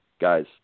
guys